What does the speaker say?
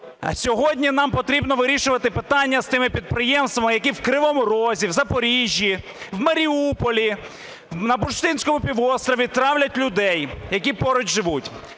сьогодні нам потрібно вирішувати питання з тими підприємствами, які в Кривому Розі, в Запоріжжі, в Маріуполі, на Бурштинському півострові, травлять людей, які поруч живуть.